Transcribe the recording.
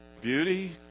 beauty